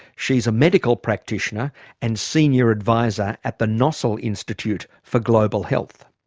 she's a medical practitioner and senior advisor at the nossal institute for global health.